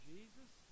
Jesus